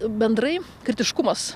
bendrai kritiškumas